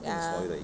ya